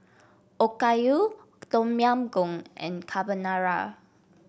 Okayu Tom Yam Goong and Carbonara